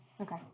Okay